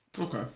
Okay